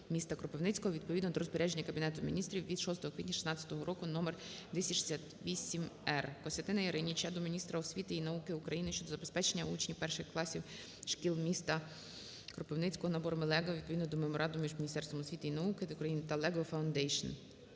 Кропивницького відповідно до розпорядження Кабінету Міністрів від 6 квітня 2016 року № 268-р. КостянтинаЯриніча до міністра освіти і науки України щодо забезпечення учнів перших класів шкіл міста Кропивницького наборами LEGO відповідно до Меморандуму між Міністерством освіти і науки України та The LEGO Foundation.